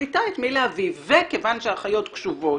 מחליטה את מי להביא וכיוון שהאחיות קשובות,